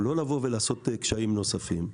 לא לבוא ולעשות קשיים נוספים.